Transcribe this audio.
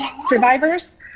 survivors